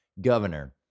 governor